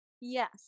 yes